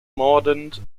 mordant